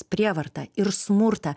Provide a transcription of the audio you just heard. prievartą ir smurtą